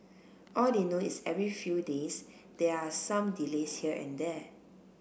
all they know is every few days there are some delays here and there